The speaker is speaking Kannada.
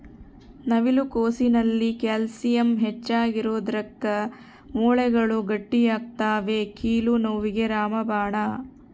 ನವಿಲು ಕೋಸಿನಲ್ಲಿ ಕ್ಯಾಲ್ಸಿಯಂ ಹೆಚ್ಚಿಗಿರೋದುಕ್ಕ ಮೂಳೆಗಳು ಗಟ್ಟಿಯಾಗ್ತವೆ ಕೀಲು ನೋವಿಗೆ ರಾಮಬಾಣ